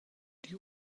die